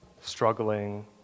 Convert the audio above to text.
struggling